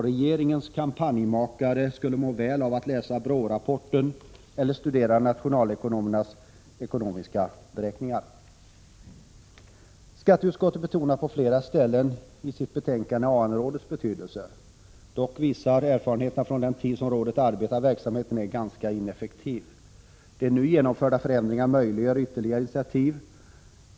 Regeringens kampanjmakare skulle må väl av att läsa BRÅ-rapporten eller studera nationalekonomernas ekonomiska beräkningar. Skatteutskottet betonar på flera ställen i sitt betänkande AN-rådets betydelse. Dock visar erfarenheterna från den tid som rådet arbetat att verksamheten är ganska ineffektiv. De nu genomförda förändringarna möjliggör ytterligare initiativ.